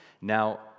Now